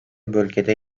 bölgede